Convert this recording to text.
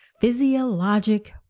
physiologic